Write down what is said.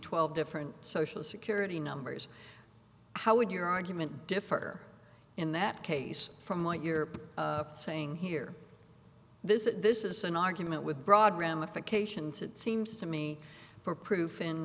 twelve different social security numbers how would your argument differ in that case from what you're saying here visit this is an argument with broad ramifications it seems to me for proof in